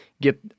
get